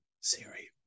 Siri